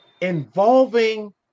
involving